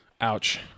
ouch